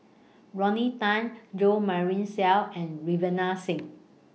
Rodney Tan Jo Marion Seow and Ravinder Singh